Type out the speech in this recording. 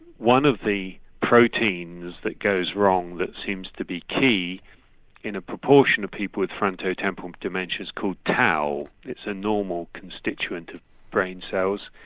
one of the proteins that goes wrong that seems to be the key in a proportion of people with frontotemporal dementia is called tau, it's a normal constituent of brain cells,